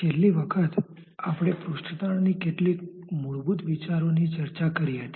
ચાલો આપણે બીજો કોયડો ગણવાનો પ્રયાસ કરીએ